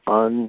on